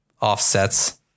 offsets